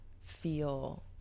feel